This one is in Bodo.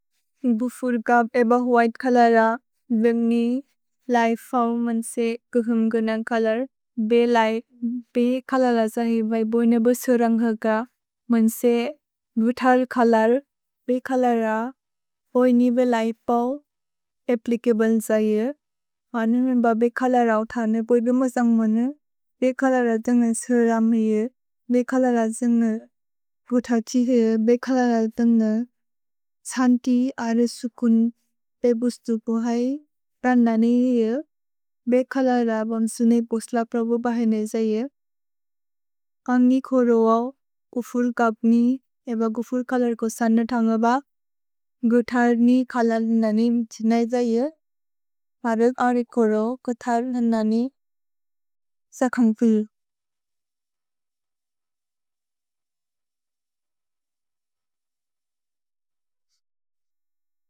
भुफुर्कब् एब व्हिते चोलोर, वेन्ग्नि लै फव् मन्से कुहुन्गुन चोलोर्। भे लै, बे चोलोर जहिवय् बोइनेबो सुरन्घक मन्से वुथल् चोलोर्। भे चोलोर ओइनेवे लै पव् अप्प्लिचब्ले जहिये। हने मेन्ब बे चोलोरौ थने बोइनेबो जन्ग्मोने, बे चोलोर जन्गे सुरम् हिये। भे चोलोर जन्गे वुथल् जिहे, बे चोलोर जन्गे त्सन्ति अरे सुकुन् पे बुस्तु बो है। प्रन्दनि हिये, बे चोलोर बन्सुने बुस्ल प्रबो बैने जहिये। अन्गि कोरोऔ, बुफुर्कब् नि एब बुफुर् चोलोर् को सन थन्ग्ब। गुथल् नि चोलोर् ननि म्त्सिनै जहिये। परग् अरे कोरोऔ, गुथल् ननि सखन्ग्फुल्।